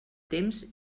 temps